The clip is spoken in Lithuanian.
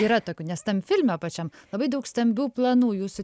yra tokių nes tam filme pačiam labai daug stambių planų jūsų